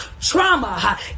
trauma